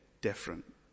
different